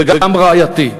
וגם רעייתי.